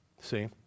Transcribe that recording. See